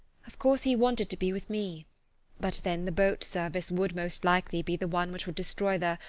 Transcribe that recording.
of course he wanted to be with me but then the boat service would, most likely, be the one which would destroy the.